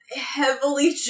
Heavily